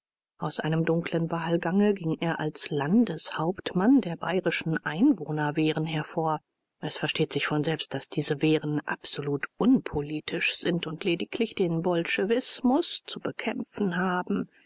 aus einem dunklen wahlgange ging er als landeshauptmann der bayrischen einwohnerwehren hervor es versteht sich von selbst daß diese wehren absolut unpolitisch sind und lediglich den bolschewismus zu bekämpfen haben